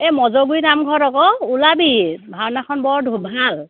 এই মজগুৰি নাম ঘৰত অক ওলাবি ভাওনাখন বৰ ধু ভাল